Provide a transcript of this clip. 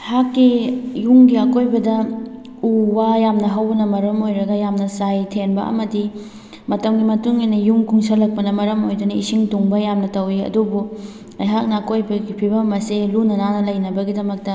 ꯑꯩꯍꯥꯛꯀꯤ ꯌꯨꯝꯒꯤ ꯑꯀꯣꯏꯕꯗ ꯎ ꯋꯥ ꯌꯥꯝꯅ ꯍꯧꯕꯅ ꯃꯔꯝ ꯑꯣꯏꯔꯒ ꯌꯥꯝꯅ ꯆꯥꯏ ꯊꯦꯟꯕ ꯑꯃꯗꯤ ꯃꯇꯝꯒꯤ ꯃꯇꯨꯡ ꯏꯟꯅ ꯌꯨꯝ ꯀꯨꯡꯁꯜꯂꯛꯄꯅ ꯃꯔꯝ ꯑꯣꯏꯗꯨꯅ ꯏꯁꯤꯡ ꯇꯨꯡꯕ ꯌꯥꯝꯅ ꯇꯧꯋꯤ ꯑꯗꯨꯕꯨ ꯑꯩꯍꯥꯛꯅ ꯑꯀꯣꯏꯕꯒꯤ ꯐꯤꯕꯝ ꯑꯁꯤ ꯂꯨꯅ ꯅꯥꯟꯅ ꯂꯩꯅꯕꯒꯤꯗꯃꯛꯇ